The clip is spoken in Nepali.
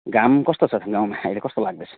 घाम कस्तो छ गाउँमा अहिले कस्तो लाग्दैछ